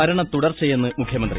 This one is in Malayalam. ഭരണത്തുടർച്ചയെന്ന് മുഖ്യമന്ത്രി